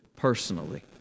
personally